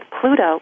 Pluto